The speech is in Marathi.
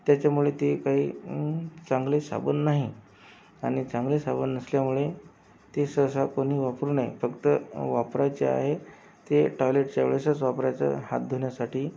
त्याच्यामुळे ते काही चांगले साबण नाही आणि चांगले साबण नसल्यामुळे ते सहसा कोणी वापरू नये फक्त वापरायच्या आहे ते टॉयलेटच्या वेळेसच वापरायचं हात धुण्यासाठी